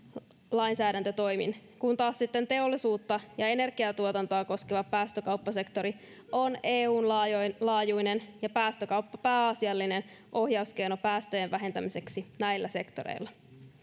lainsäädäntötoimin kun taas sitten teollisuutta ja energiatuotantoa koskeva päästökauppasektori on eun laajuinen laajuinen ja päästökauppa pääasiallinen ohjauskeino päästöjen vähentämiseksi näillä sektoreilla